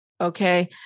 Okay